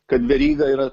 kad veryga yra